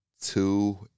two